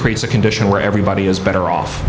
creates a condition where everybody is better off